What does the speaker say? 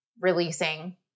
releasing